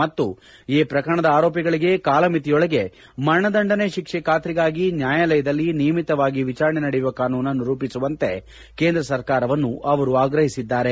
ಮತ್ತು ಈ ಪ್ರಕರಣದ ಆರೋಪಿಗಳಿಗೆ ಕಾಲಮಿತಿಯೊಳಗೆ ಮರಣದಂಡನೆಯ ಶಿಕ್ಷೆ ಖಾತ್ರಿಗಾಗಿ ನ್ಯಾಯಾಲಯದಲ್ಲಿ ನಿಯಮಿತವಾಗಿ ವಿಚಾರಣೆ ನಡೆಯುವ ಕಾನೂನನ್ನು ರೂಪಿಸುವಂತೆ ಕೇಂದ್ರ ಸರ್ಕಾರವನ್ನೂ ಅವರು ಆಗ್ರಹಪಡಿಸಿದ್ದಾರೆ